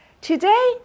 today